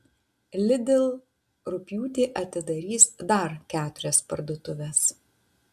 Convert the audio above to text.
lidl rugpjūtį atidarys dar keturias parduotuves